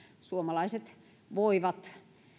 suomalaiset voivat